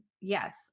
yes